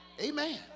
Amen